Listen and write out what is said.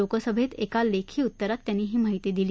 लोकसभ एका लखी उत्तरात त्यांनी ही माहिती दिली